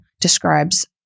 describes